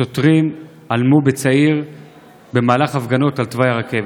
שוטרים הלמו בצעיר במהלך הפגנות על תוואי הרכבת.